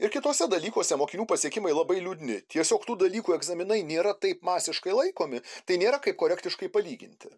ir kituose dalykuose mokinių pasiekimai labai liūdni tiesiog tų dalykų egzaminai nėra taip masiškai laikomi tai nėra kaip korektiškai palyginti